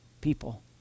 people